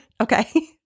okay